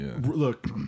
Look